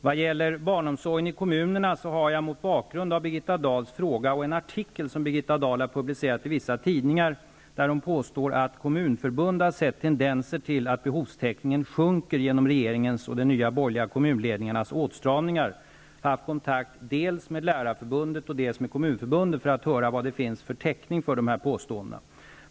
Vad gäller barnomsorgen i kommunerna har jag mot bakgrund av Birgitta Dahls fråga och en arti kel som hon har publicerat i vissa tidningar -- där hon påstår att Kommunförbundet har sett tenden ser till att behovstäckningen minskar genom rege ringens och de nya borgerliga kommunledningar nas åtstramningar -- haft kontakt dels med Lärar förbundet, dels med Kommunförbundet för att höra vilken täckning det finns för de här påståen dena.